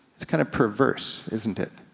it's kind of perverse isn't it?